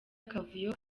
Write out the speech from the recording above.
akavuyo